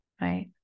Right